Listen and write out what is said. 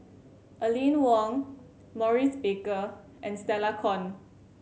Aline Wong Maurice Baker and Stella Kon